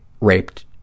raped